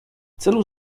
celu